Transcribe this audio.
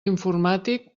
informàtic